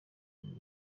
ibintu